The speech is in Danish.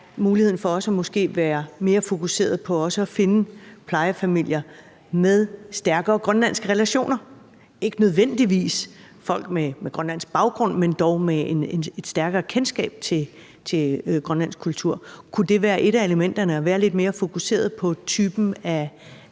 muligheden for også måske at være mere fokuseret på at finde plejefamilier med stærkere grønlandske relationer, ikke nødvendigvis folk med grønlandsk baggrund, men dog med et stærkere kendskab til Grønlands kultur. Kunne det være et af elementerne, altså at være lidt mere fokuseret på typen af